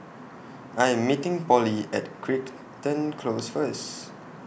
I Am meeting Polly At Cric hton Close First